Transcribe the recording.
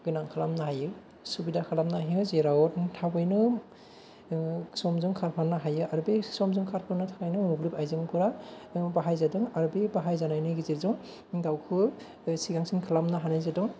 गोनां खालामनो हायो सुबिदा खालामनो हायो जेराव थाबैनो समजों खारफानो हायो आरो बे समजों खारफानो थाखायनो मोब्लिब आइजेंफोरा बाहाय जादों आरो बे बाहायजानायनि गेजेरजों गावखौ सिगांसिन खालामनो हानाय जादों